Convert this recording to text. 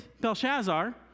Belshazzar